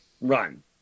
run